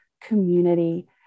community